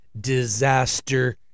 disaster